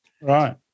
Right